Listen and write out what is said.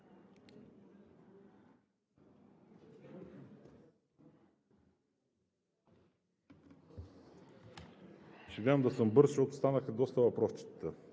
Ще гледам да съм бърз, защото станаха доста въпросчетата.